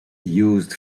used